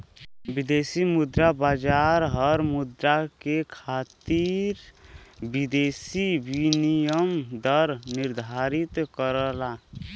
विदेशी मुद्रा बाजार हर मुद्रा के खातिर विदेशी विनिमय दर निर्धारित करला